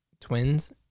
twins